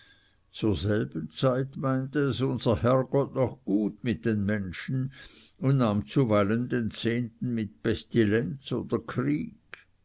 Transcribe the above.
zur selben zeit meinte es unser herrgott noch gut mit den menschen und nahm zuweilen den zehnten mit pestilenz oder krieg